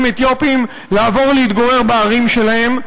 אתיופים לעבור להתגורר בערים שלהם,